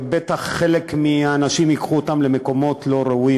ובטח חלק מהאנשים ייקחו אותו למקומות לא ראויים.